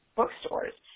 bookstores